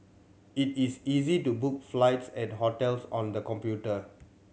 it is easy to book flights and hotels on the computer